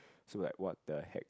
so like what the heck